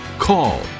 call